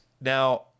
Now